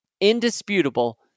indisputable